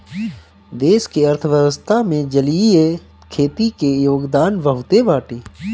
देश के अर्थव्यवस्था में जलीय खेती के योगदान बहुते बाटे